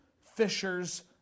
fishers